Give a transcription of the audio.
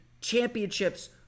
championships